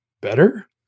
better